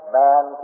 man